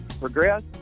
progress